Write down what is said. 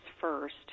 first